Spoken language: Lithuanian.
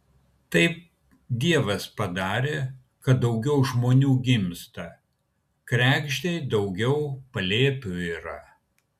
tai dievas padarė kad daugiau žmonių gimsta kregždei daugiau palėpių yra